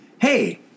Hey